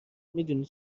میدونی